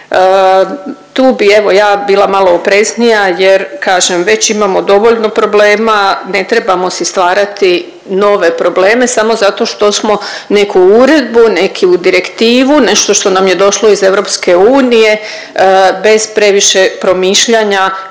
Tu bi, evo, ja bila malo opreznija jer, kažem, već imamo dovoljno problema, ne trebamo si stvarati nove probleme samo zato što smo neku uredbu, neku direktivu, nešto što nam je došlo iz EU bez previše promišljanja